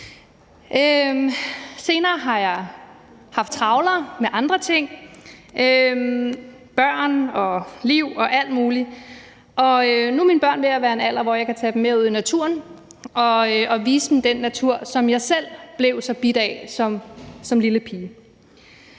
Senere har jeg haft mere travlt med andre ting – børn og liv og alt muligt – og nu er mine børn ved at være i en alder, hvor jeg kan tage dem med ud i naturen og vise dem den natur, som jeg selv blev så bidt af som lille pige.